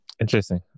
Interesting